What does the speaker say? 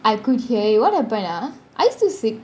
I could hear you what happened ah are you still sick